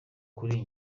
kuri